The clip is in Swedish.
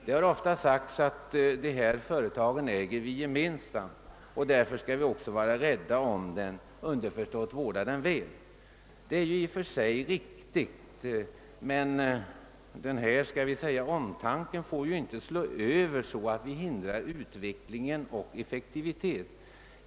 Det har ofta sagts att vi gemensamt äger de statliga företagen och därför skall vi vara rädda om dem — underförstått vårda dem väl. Detta är i och för sig alldeles riktigt, men denna omtanke — om jag så får säga — får inte slå över, så att vi hindrar företagens utveckling och effektivitet.